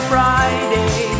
Friday